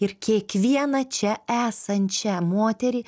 ir kiekvieną čia esančią moterį